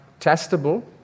testable